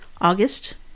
August